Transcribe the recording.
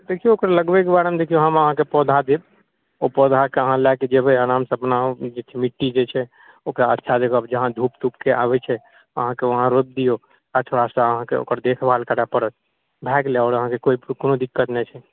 देखिऔ ओकरा लगबैके बारे मे देखियौ हम अहाँके पौधा देब ओ पौधाके अहाँ लैक जेबय आरामसँ अपना जे छै मिट्टी जे छै ओकरा अच्छा जगह पर जहाँ धूप तूप आबैत छै अहाँके वहाँ रोपि दिऔ अच्छासँ अहाँके ओकर देखभाल करए परत भए गेलय आओर अहाँके कोइ कोनो दिक्कत नहि छै